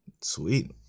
sweet